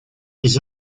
des